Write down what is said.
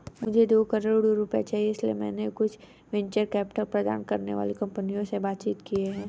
मुझे दो करोड़ रुपए चाहिए इसलिए मैंने कुछ वेंचर कैपिटल प्रदान करने वाली कंपनियों से बातचीत की है